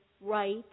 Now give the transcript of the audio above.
right